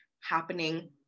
happening